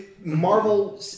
Marvel